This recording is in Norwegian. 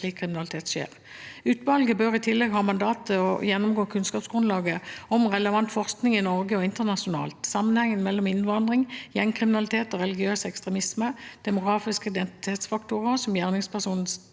Utvalget bør i tillegg ha mandat til å gjennomgå kunnskapsgrunnlaget om relevant forskning i Norge og internasjonalt, sammenhengen mellom innvandring, gjengkriminalitet og religiøs ekstremisme, demografiske identitetsfaktorer som gjerningspersonens